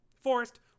forest